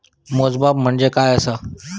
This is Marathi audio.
मोजमाप म्हणजे काय असा?